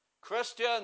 Christian